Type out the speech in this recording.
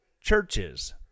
churches